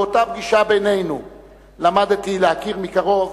באותה פגישה בינינו למדתי להכיר מקרוב